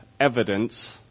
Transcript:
evidence